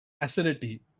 acidity